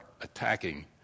attacking